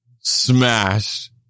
smashed